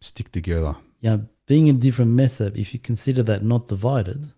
stick together. yeah being a different method if you consider that not divided